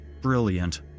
Brilliant